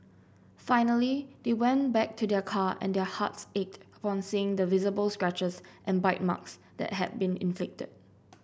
finally they went back to their car and their hearts ached upon seeing the visible scratches and bite marks that had been inflicted